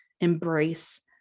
embrace